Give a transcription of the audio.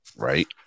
Right